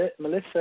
Melissa